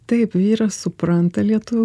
taip vyras supranta lietuvių